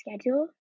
schedule